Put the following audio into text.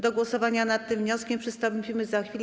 Do głosowania nad tym wnioskiem przystąpimy za chwilę.